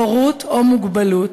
הורות או מוגבלות,